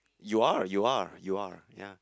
you are you are you are ya